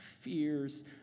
fears